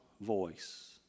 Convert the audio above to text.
voice